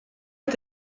est